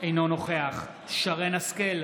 אינו נוכח שרן מרים השכל,